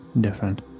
different